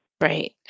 Right